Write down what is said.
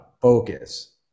focus